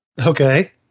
Okay